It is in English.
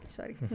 Sorry